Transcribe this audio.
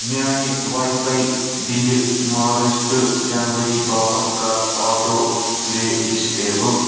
میٛانہِ wifi بِلہِ March تہٕ جنؤری باپتھ کَر آٹوٗ پُلے ڈسایبُل